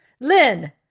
Lynn